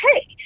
hey